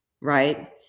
right